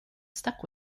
stuck